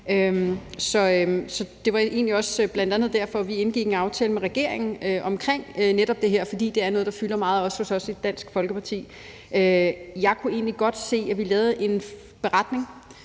også bl.a. derfor, vi indgik en aftale med regeringen om netop det her, fordi det er noget, der også fylder meget hos os i Dansk Folkeparti. Jeg kunne egentlig godt se, at vi lavede en beretning,